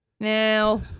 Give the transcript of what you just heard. Now